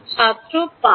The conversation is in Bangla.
ছাত্র ৫